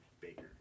baker